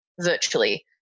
virtually